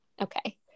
Okay